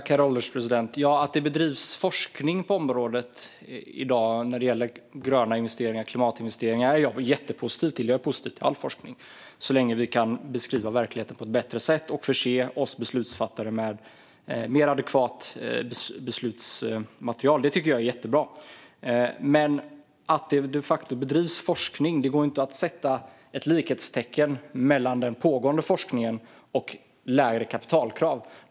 Herr ålderspresident! Att det bedrivs forskning om gröna investeringar och klimatinvesteringar är jag jättepositiv till. Jag är positiv till all forskning så länge den kan beskriva verkligheten på ett bättre sätt och förse oss beslutsfattare med mer adekvat beslutsmaterial. Det är jättebra. Det går inte att sätta ett likhetstecken mellan den pågående forskningen och lägre kapitalkrav.